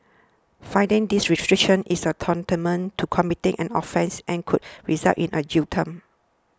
flouting these restrictions is tantamount to committing an offence and could result in a jail term